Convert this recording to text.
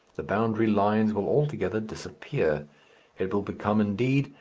the boundary lines will altogether disappear it will become, indeed,